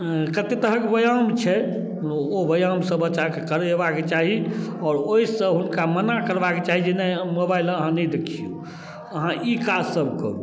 कतेक तरहके व्यायाम छै ओ व्यायाम सब बच्चाके करेबाके चाही आओर ओहिसँ हुनका मना करबाके चाही जे नहि मोबाइल अहाँ नहि देखिऔ अहाँ ई काज सब करू